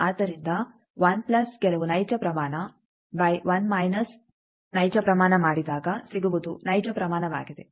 ಆದ್ದರಿಂದ 1 ಪ್ಲಸ್ ಕೆಲವು ನೈಜ ಪ್ರಮಾಣ ಬೈ 1 ಮೈನಸ್ ನೈಜ ಪ್ರಮಾಣ ಮಾಡಿದಾಗ ಸಿಗುವುದು ನೈಜ ಪ್ರಮಾಣವಾಗಿದೆ